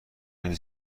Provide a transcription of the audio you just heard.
اینجا